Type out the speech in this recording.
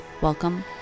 Welcome